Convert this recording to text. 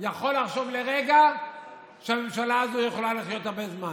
יכול לחשוב לרגע שהממשלה הזאת יכולה לחיות הרבה זמן.